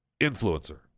influencer